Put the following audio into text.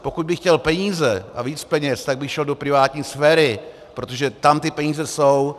Pokud bych chtěl peníze a víc peněz, tak bych šel do privátní sféry, protože tam ty peníze jsou.